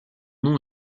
nom